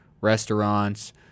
restaurants